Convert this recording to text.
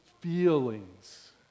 feelings